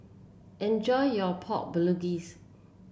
enjoy your Pork Bulgogis